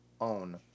own